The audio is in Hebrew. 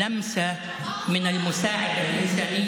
אני לא מוכנה לתת לו לסייע לאויב בעת לחימה.